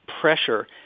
pressure